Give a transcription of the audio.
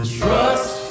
trust